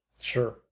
Sure